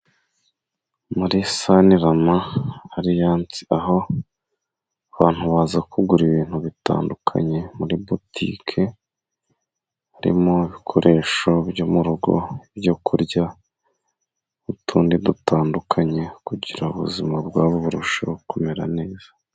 Muri sanirama haliance, aho bantu baza kugura ibintu bitandukanye muri butike, harimo ibikoresho byo murugo byo kurya n'utundi dutandukanye, kugira ubuzima bwabo burusheho kumera neza.